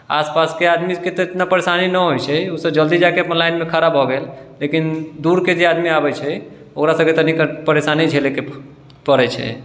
आसपासके आदमीके तऽ एतना परेशानी नऽ होइ छै ओ सब जल्दी जाके अपन लाइन मे खड़ा भए गेल लेकिन दूरके जे आदमी आबै छै ओकरा सबकेँ तनि परेशानी झेलेके पड़ै छै